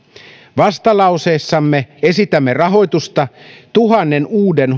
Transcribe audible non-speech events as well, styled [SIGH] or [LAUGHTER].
vastalauseessamme esitämme rahoitusta tuhannen uuden [UNINTELLIGIBLE]